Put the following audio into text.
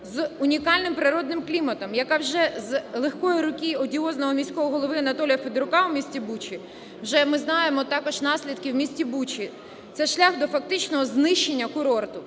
з унікальним природнім кліматом, яка вже з легкої руки одіозного міського голови Анатолія Федорука у місті Бучі, вже ми знаємо також наслідки в місті Бучі – це шлях до фактичного знищення курорту.